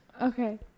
Okay